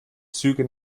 züge